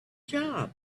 job